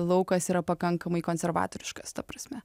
laukas yra pakankamai konservatoriškas ta prasme